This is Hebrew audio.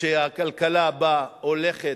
שהכלכלה בה הולכת,